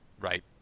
right